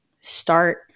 start